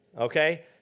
okay